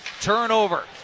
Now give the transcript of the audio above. Turnover